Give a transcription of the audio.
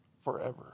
forever